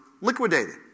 liquidated